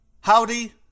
Howdy